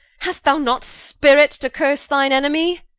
hast thou not spirit to curse thine enemy